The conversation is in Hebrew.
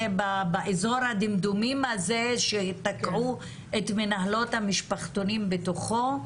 באזור הדמדומים הזה שתקעו את מנהלות המשפחתונים בתוכו,